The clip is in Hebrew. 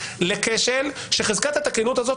לכשל שחזקת התקינות לא עבדה,